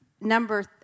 number